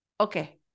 okay